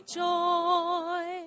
joy